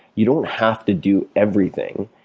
you don't have to do everything.